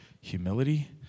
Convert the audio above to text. humility